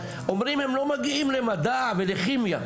אומרים הם לא מגיעים למדע ולכימיה,